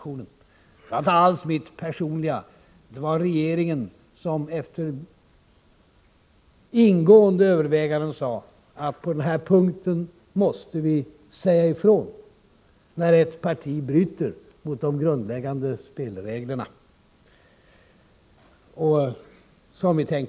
Det var inte alls mitt personliga uttalande; det var regeringen som efter ingående överväganden sade att vi på denna punkt måste säga ifrån att vi tänker vidta åtgärder, när ett parti bryter mot de grundläggande spelreglerna.